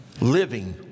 Living